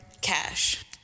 cash